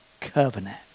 covenant